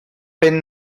pin